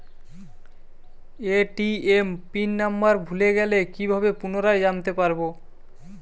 ATM pin number ভুলে গেলে কি ভাবে পুনরায় জানতে পারবো?